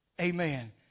Amen